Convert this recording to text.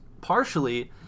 partially